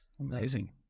Amazing